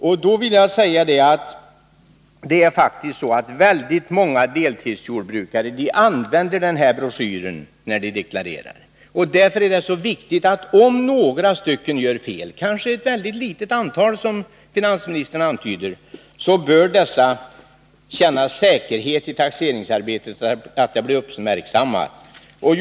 Väldigt många deltidsjordbrukare använder faktiskt broschyren ”Skatteupplysningar 1983 — rörelse, jordbruk, hyreshus” när de deklarerar. Om några gör fel — kanske ett mycket litet antal, som finansministern antyder — bör de känna sig säkra på att felen blir uppmärksammade i taxeringsarbetet.